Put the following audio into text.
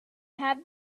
have